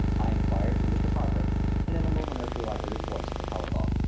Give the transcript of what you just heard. i inquired for mr. parker and in a moment or two i heard his voice at the telephone.